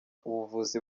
ubuvuzi